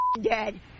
dead